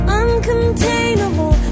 uncontainable